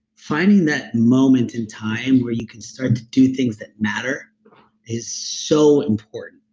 finding that moment in time where you can start to do things that matter is so important.